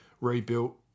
rebuilt